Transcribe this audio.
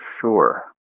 sure